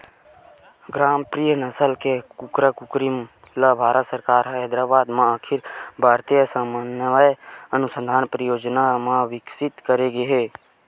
ग्रामप्रिया नसल के कुकरा कुकरी ल भारत सरकार ह हैदराबाद म अखिल भारतीय समन्वय अनुसंधान परियोजना म बिकसित करे गे हे